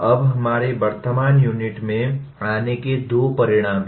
अब हमारी वर्तमान यूनिट में आने के दो परिणाम हैं